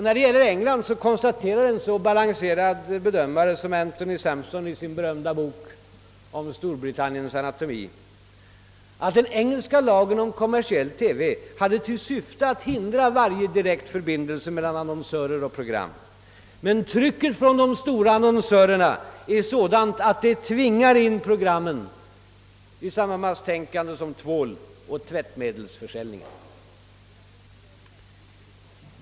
När det gäller England konstaterar en så balanserad bedömare som Anthony Sampson i sin berömda bok Storbritanniens anatomi att »den engelska lagen om kommersiell TV hade till syfte att hindra varje kommersiell förbindelse mellan annonsörer och program, men trycket från de stora annonsörerna är sådant att det tvingar in programmen i samma masstänkande som tvåloch tvättmedelsförsäljningen».